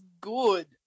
good